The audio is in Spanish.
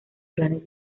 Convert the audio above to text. clanes